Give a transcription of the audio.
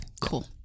Cool